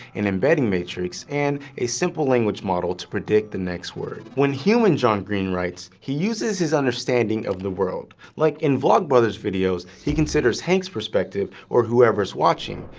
an embedding matrix, and a simple language model to predict the next word. when human john green writes, he uses his understanding of the world, like in vlogbrothers videos, he considers hank's perspective or whoever's watching.